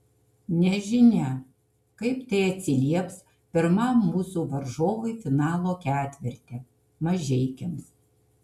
nežinia kaip tai atsilieps pirmam mūsų varžovui finalo ketverte mažeikiams